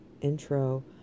intro